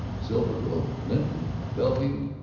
silver grove, linton, bellevue,